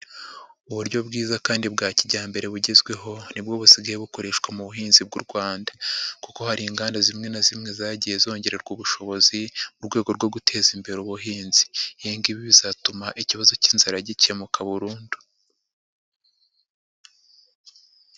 Uburyo bwiza kandi bwa kijyambere bugezweho ni bwo busigaye bukoreshwa mu buhinzi bw'u rwanda kuko hari inganda zimwe na zimwe zagiye zongererwa ubushobozi mu rwego rwo guteza imbere ubuhinzihenge ibi bizatuma ikibazo cy'inzara gikemuka burundu.